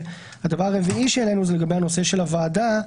והדבר הרביעי שהעלינו הוא לגבי הנושא של הוועדה,